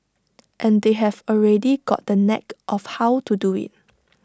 and they've already got the knack of how to do IT